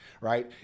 right